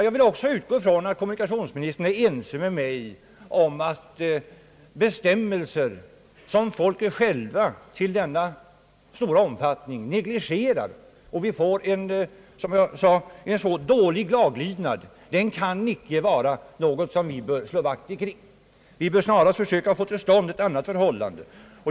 Jag utgår ifrån att kommunikationsministern är ense med mig om att bestämmelser som trafikanterna i så stor omfattning negligerar icke kan vara någonting som vi bör slå vakt omkring. Vi bör snarast försöka få till stånd ett annat förhållande.